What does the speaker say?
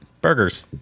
burgers